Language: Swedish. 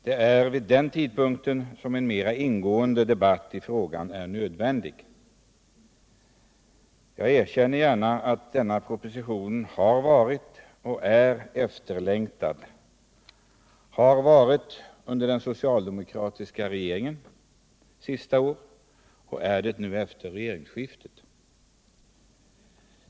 Det är vid den tidpunkten som en mera ingående debatt i frågan är nödvändig. Jag erkänner gärna att denna proposition har varit och är efterlängtad — den har varit det under den socialdemokratiska regeringens sista år och den är det nu efter regeringsskiftet.